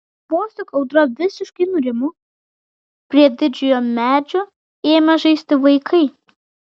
vos tik audra visiškai nurimo prie didžiojo medžio ėmė žaisti vaikai